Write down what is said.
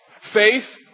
Faith